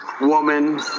woman